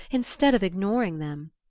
instead of ignoring them.